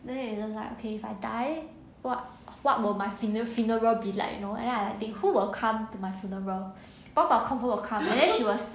then you just like okay if I die what what would my funer~ funeral be like you know then I will think who will come to my funeral bao bao confirm will come then she will